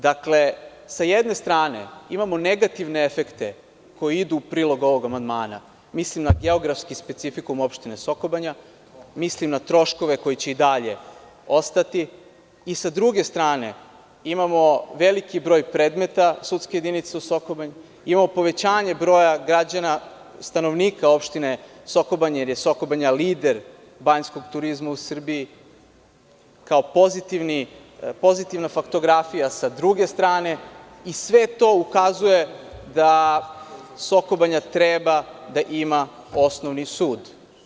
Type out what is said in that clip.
Dakle, sa jedne strane imamo negativne efekte koji idu u prilog ovog amandmana, mislim na geografski specifikum opštine Soko Banja, mislim na troškove koji će i dalje ostati i sa druge strane, imamo veliki broj predmeta, sudsku jedinicu u Soko Banji, imamo povećanje broja građana, stanovnika opštine Soko Banja, jer je Soko Banja lider banjskog turizma u Srbiji, kao pozitivna faktografija sa druge strane i sve to ukazuje da Soko Banja treba da ima osnovni sud.